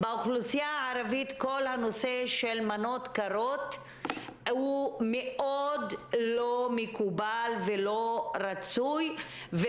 על כך שהמנות הקרות הן דבר שמאוד לא מקובל ולא רצוי באוכלוסייה הערבית.